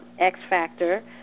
X-Factor